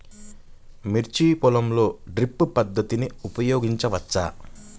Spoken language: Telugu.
మిర్చి పొలంలో డ్రిప్ పద్ధతిని ఉపయోగించవచ్చా?